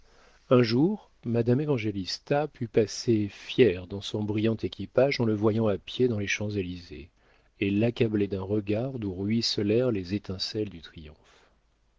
un jour madame évangélista put passer fière dans son brillant équipage en le voyant à pied dans les champs-élysées et l'accabler d'un regard d'où ruisselèrent les étincelles du